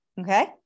Okay